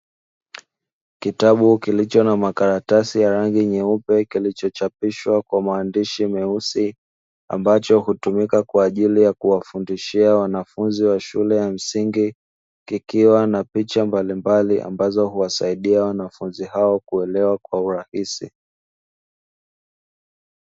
Kitabu kilicho na makaratasi ya rangi nyeupe kilichochapishwa kwa maandishi meusi ambacho hutumika kwa ajili ya kuwafundishia wanafunzi wa shule ya msingi, kikiwa na picha mbalimbali ambazo huwasaidia wanafunzi hao kuelewa kwa urahisi.